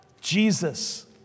Jesus